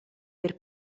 per